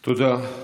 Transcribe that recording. תודה.